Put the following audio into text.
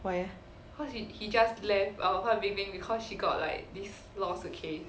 why leh